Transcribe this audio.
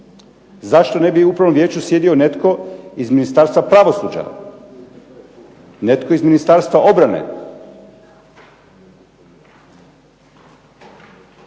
Zašto ne bi u Upravnom vijeću sjedio netko iz Ministarstva pravosuđa? Netko iz Ministarstva obrane?